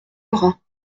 bras